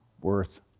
worth